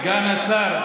סגן השר,